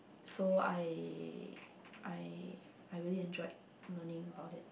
so I I I really enjoyed learning about it